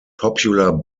popular